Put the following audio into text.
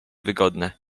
wygodne